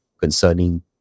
concerning